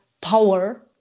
power